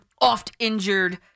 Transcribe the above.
oft-injured